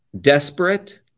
desperate